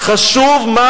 חשוב מה